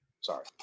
Sorry